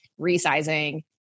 resizing